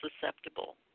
susceptible